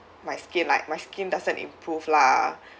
my skin like my skin doesn't improve lah